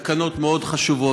תקנות מאוד חשובות,